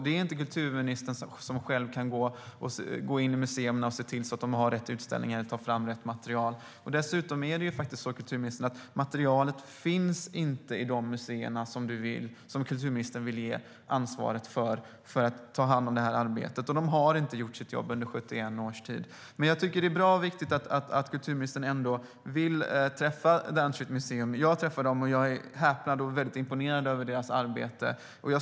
Det är inte kulturministern själv som kan gå in på museerna och se till att de har rätt utställningar eller tar fram rätt material. Det är dessutom på det sättet, kulturministern, att materialet inte finns på de museer som kulturministern vill ge ansvaret för arbetet. Och de har inte gjort sitt jobb under 71 års tid. Det är dock bra och viktigt att kulturministern vill träffa The Unstraight Museum. Jag har träffat dem och blev häpen över och imponerad av deras arbete.